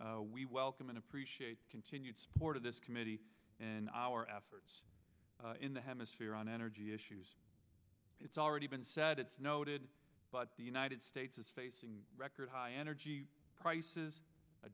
and we welcome and appreciate continued support of this committee in our efforts in the hemisphere on energy issues it's already been said it's noted but the united states is facing record high energy prices a